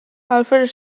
alfred